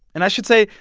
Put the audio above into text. and i should say,